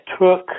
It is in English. took